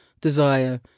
desire